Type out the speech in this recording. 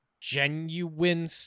Genuine